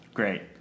Great